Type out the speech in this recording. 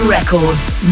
Records